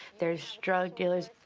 there's drug dealers.